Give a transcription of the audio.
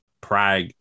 Prague